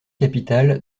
capitale